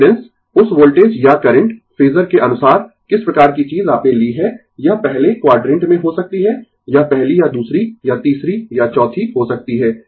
impedance उस voltage या current phasor के अनुसार किस प्रकार की चीज आपने ली है यह पहले क्वाडरेंट में हो सकती है यह पहली या दूसरी या तीसरी या चौथी हो सकती है